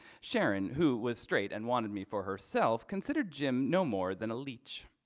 sharon who was straight and wanted me for herself considered jim no more than a leech.